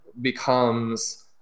becomes